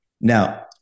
Now